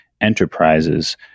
enterprises